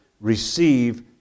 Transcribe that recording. Receive